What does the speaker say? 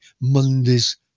Monday's